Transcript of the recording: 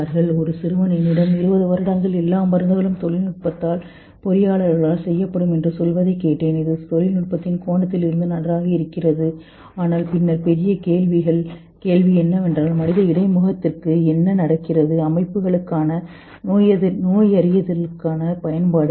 ஒரு சிறுவன் என்னிடம் 20 வருடங்கள் எல்லா மருந்துகளும் தொழில்நுட்பத்தால் பொறியியலாளர்களால் செய்யப்படும் என்று சொல்வதைக் கேட்டேன் இது தொழில்நுட்பத்தின் கோணத்தில் இருந்து நன்றாக இருக்கிறது ஆனால் பின்னர் பெரிய கேள்வி என்னவென்றால் மனித இடைமுகத்திற்கு என்ன நடக்கிறது மற்றும் விஷயங்களின் வகை இது நடக்கிறது அமைப்புகளுக்கான நோயறிதலுக்கான பயன்பாடுகள் எம்